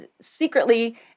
secretly